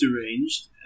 deranged